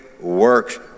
works